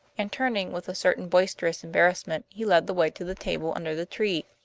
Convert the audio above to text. and, turning with a certain boisterous embarrassment, he led the way to the table under the tree.